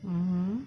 mmhmm